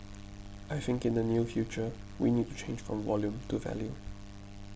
I think in the near future we need to change from volume to value